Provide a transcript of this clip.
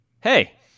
Hey